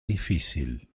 difícil